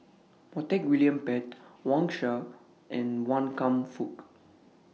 Montague William Pett Wang Sha and Wan Kam Fook